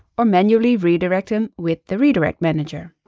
or manually redirect them with the redirect manager.